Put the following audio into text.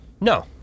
No